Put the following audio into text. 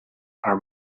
are